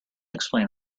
explain